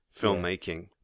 filmmaking